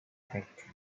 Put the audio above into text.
effect